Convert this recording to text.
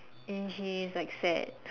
and she is like sad